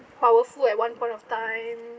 powerful at one point of time